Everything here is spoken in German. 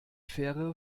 fähre